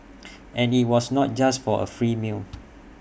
and IT was not just for A free meal